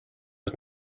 was